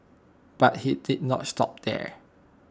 but he did not stop there